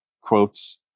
quotes